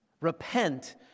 Repent